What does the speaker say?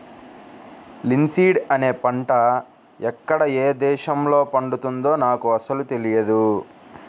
linseed అనే పంట ఎక్కడ ఏ దేశంలో పండుతుందో నాకు అసలు తెలియదు